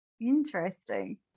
Interesting